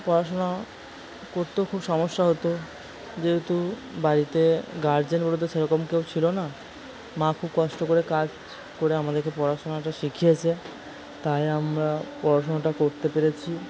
পড়াশোনা করতেও খুব সমস্যা হতো যেহেতু বাড়িতে গার্জিয়ান বলতে তো সেরকম কেউ ছিল না মা খুব কষ্ট করে কাজ করে আমাদেরকে পড়াশোনাটা শিখিয়েছে তাই আমরা পড়াশোনাটা করতে পেরেছি